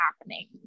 happening